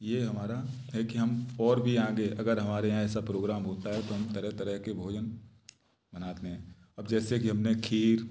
ये हमारा है कि हम और भी आगे अगर हमारे यहाँ ऐसा प्रोग्राम होता है तो हम तरह तरह के भोजन बनाते हैं और जैसे कि हमने खीर